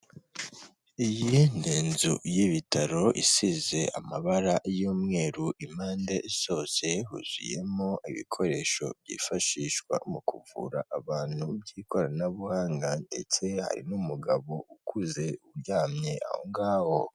Iyi ni inzu y'ibitaro isize amabara y'umweru impande zose huzuyemo ibikoresho byifashishwa mu kuvura abantu by'ikoranabuhanga ndetse hari n'umugabo ukuze uryamye ahongaho.